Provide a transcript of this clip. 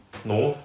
no